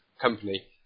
company